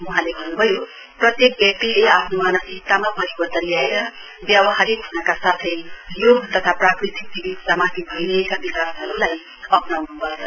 वहाँले भन्न्भयो प्रत्येक व्यक्तिले आफ्नो मानसिकतामा परिवर्तम ल्याएर व्यावहारिक हनका साथै योग तथा प्राकृतिक चिकित्सामाथि अइरहेका विकासहरूलाई अप्नाउन्पर्छ